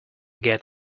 get